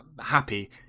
happy